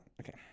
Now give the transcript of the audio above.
Okay